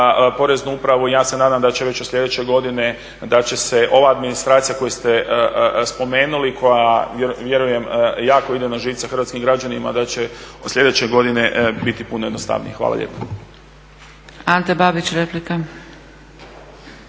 Poreznu upravu i ja se nadam da će već od sljedeće godine, da će se ova administracija koju ste spomenuli koja vjerujem jako ide na živce hrvatskim građanima da će od sljedeće godine biti puno jednostavnije. Hvala lijepo. **Zgrebec, Dragica